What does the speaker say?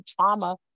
trauma